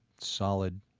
solid,